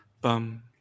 bum